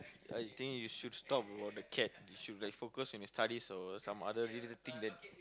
I think you should stop about the cat you should like focus on your studies or some other little little thing that